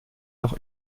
noch